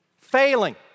failing